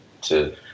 to-